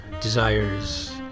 desires